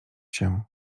się